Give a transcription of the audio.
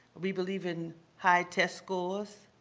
we believe in high test scores.